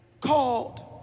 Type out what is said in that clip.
called